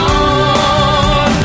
on